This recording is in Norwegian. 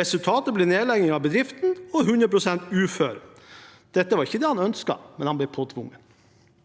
Resultatet ble nedlegging av bedriften og 100 pst. uførhet. Dette var ikke det han ønsket, men han ble påtvunget